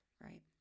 right